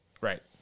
right